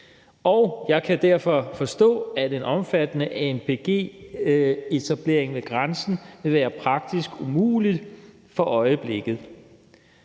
og jeg kan derfor forstå, at en omfattende anpg-etablering ved grænsen vil være praktisk umulig for øjeblikket.